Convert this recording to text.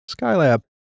Skylab